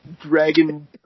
dragon